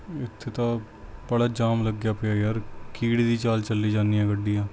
ਇੱਥੇ ਤਾਂ ਬੜਾ ਜਾਮ ਲੱਗਿਆ ਪਿਆ ਯਾਰ ਕੀੜੀ ਦੀ ਚਾਲ ਚੱਲੀ ਜਾਂਦੀਆਂ ਗੱਡੀਆਂ